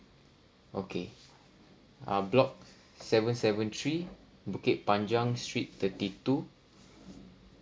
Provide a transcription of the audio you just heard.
okay ah block seven seven three bukit panjang street thirty two